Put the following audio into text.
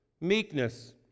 meekness